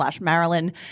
Marilyn